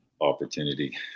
opportunity